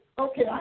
okay